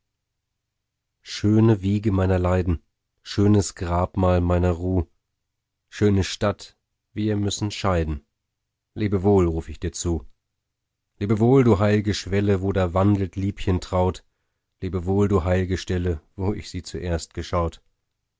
schöne wiege meiner leiden schönes grabmal meiner ruh schöne stadt wir müssen scheiden lebe wohl ruf ich dir zu lebe wohl du heilge schwelle wo da wandelt liebchen traut lebe wohl du heilge stelle wo ich sie zuerst geschaut